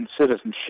citizenship